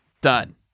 Done